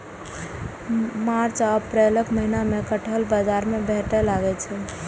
मार्च आ अप्रैलक महीना मे कटहल बाजार मे भेटै लागै छै